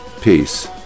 peace